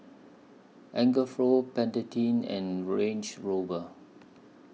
Pantene and Range Rover